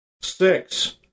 Six